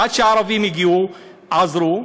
עד שהערבים הגיעו, הם עזרו,